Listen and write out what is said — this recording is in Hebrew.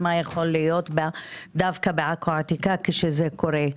מה יכול להיות דווקא בעכו העתיקה כשזה קורה.